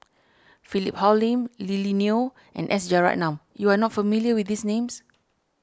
Philip Hoalim Lily Neo and S Rajaratnam you are not familiar with these names